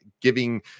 giving